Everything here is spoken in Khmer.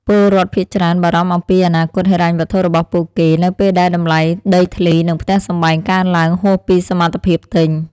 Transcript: ពលរដ្ឋភាគច្រើនបារម្ភអំពីអនាគតហិរញ្ញវត្ថុរបស់ពួកគេនៅពេលដែលតម្លៃដីធ្លីនិងផ្ទះសម្បែងកើនឡើងហួសពីសមត្ថភាពទិញ។